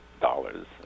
dollars